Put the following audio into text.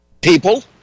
people